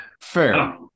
fair